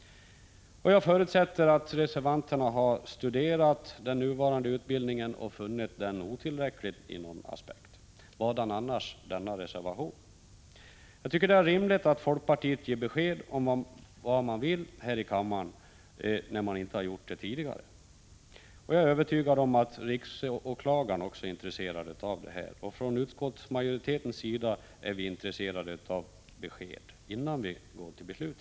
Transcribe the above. Jag förutsätter att reservanterna har studerat den nuvarande utbildningen och funnit den vara otillräcklig i någon aspekt — vadan annars denna reservation? Jag tycker att det är rimligt att folkpartiet här i kammaren ger besked om vad man vill, eftersom man inte har gjort det tidigare. Jag är övertygad om att också riksåklagaren är intresserad av att få besked. Även från utskottsmajoritetens sida är vi intresserade av ett besked innan vi går till beslut.